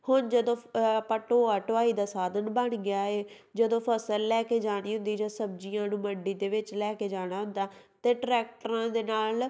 ਹੁਣ ਜਦੋਂ ਆਪਾਂ ਢੋਆ ਢੁਆਈ ਦਾ ਸਾਧਨ ਬਣ ਗਿਆ ਹੈ ਜਦੋਂ ਫ਼ਸਲ ਲੈ ਕੇ ਜਾਣੀ ਹੁੰਦੀ ਜਾਂ ਸਬਜ਼ੀਆਂ ਨੂੰ ਮੰਡੀ ਦੇ ਵਿੱਚ ਲੈ ਕੇ ਜਾਣਾ ਹੁੰਦਾ ਤਾਂ ਟਰੈਕਟਰਾਂ ਦੇ ਨਾਲ